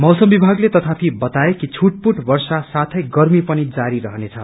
मौसम विमागले तथापि बताए कि छूटपूट वर्षा साथै गर्मी पनि जारी रहनेछ